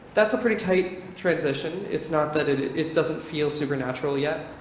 that's a pretty tight transition. it's not that it it doesn't feel supernatural yet,